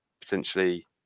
potentially